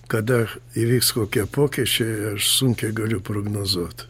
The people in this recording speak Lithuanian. kada įvyks kokie pokyčiai aš sunkiai galiu prognozuot